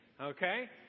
okay